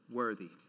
worthy